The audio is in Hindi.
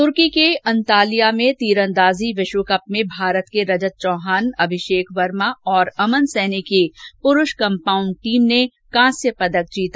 तुर्की के अंताल्या में तीरंदाजी विश्व कप में भारत के रजत चौहान अभिषेक वर्मा और अमन सैनी की पुरूष कम्पाउंड टीम ने कांस्य पदक जीता